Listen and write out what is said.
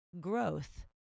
growth